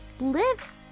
live